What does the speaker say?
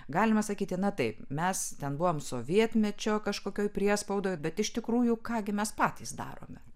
galima sakyti na taip mes ten buvome sovietmečio kažkokioj priespaudoj bet iš tikrųjų ką gi mes patys darome